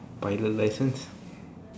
pilot license